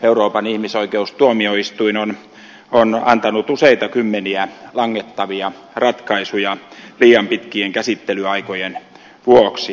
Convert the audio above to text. euroopan ihmisoikeustuomioistuin on antanut useita kymmeniä langettavia ratkaisuja liian pitkien käsittelyaikojen vuoksi